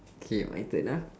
K my turn ah